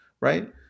right